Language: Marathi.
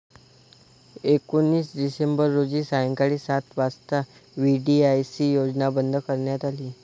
एकोणीस डिसेंबर रोजी सायंकाळी सात वाजता व्ही.डी.आय.सी योजना बंद करण्यात आली